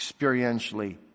experientially